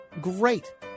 great